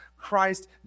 Christ